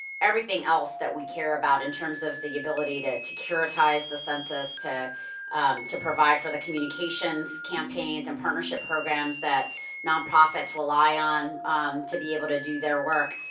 everything else that we care about in terms of the ability to securitize the census, to to provide for the communications campaigns and partnership programs that nonprofits rely on to be able to do their work,